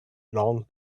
long